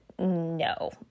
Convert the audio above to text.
no